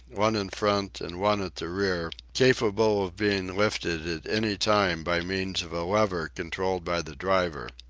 one in front and one at the rear, capable of being lifted at any time by means of a lever controlled by the driver.